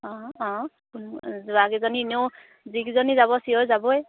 অঁ অঁ যোৱাকেইজনী এনেও যিকেইজনী যাব চিয়ৰ যাবই